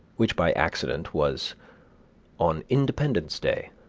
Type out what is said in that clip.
which, by accident, was on independence day,